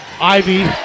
Ivy